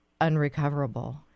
unrecoverable